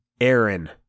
Aaron